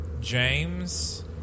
James